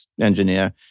engineer